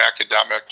academic